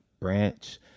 Branch